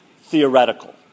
theoretical